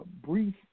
brief